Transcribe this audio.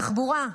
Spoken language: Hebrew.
תחבורה,